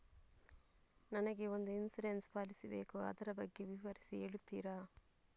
ನನಗೆ ಒಂದು insurance policy ಬೇಕು ಅದರ ಬಗ್ಗೆ ವಿವರಿಸಿ ಹೇಳುತ್ತೀರಾ?